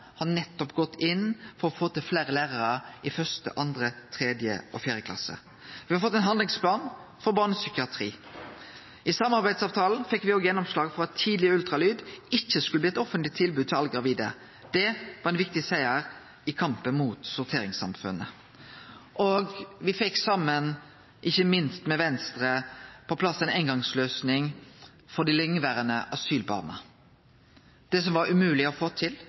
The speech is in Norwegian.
å få fleire lærarar i 1., 2., 3. og 4. klasse. Me har fått ein handlingsplan for barnepsykiatri. I samarbeidsavtalen fekk me òg gjennomslag for at tidleg ultralyd ikkje skulle bli eit offentleg tilbod til alle gravide. Det var ein viktig siger i kampen mot sorteringssamfunnet. Me fekk saman, ikkje minst med Venstre, på plass ei eingongsløysing for dei lengeverande asylbarna. Det som var umogleg å få til